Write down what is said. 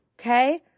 okay